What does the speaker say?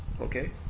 Okay